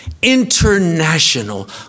international